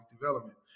development